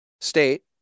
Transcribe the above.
state